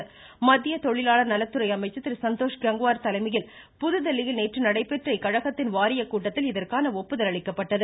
திட்டத்திற்கு மத்திய தொழிலாளா் நலத்துறை அமைச்சா் திருசந்தோ் கேங்வாா் தலைமையில் புதுதில்லியில் நேற்று நடைபெற்ற இக்கழகத்தின் வாரிய கூட்டத்தில் இதற்கான ஒப்புதல் அளிக்கப்பட்டது